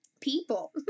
people